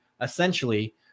essentially